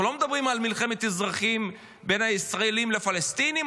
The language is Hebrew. אנחנו לא מדברים על מלחמת אזרחים בין הישראלים לבין הפלסטינים,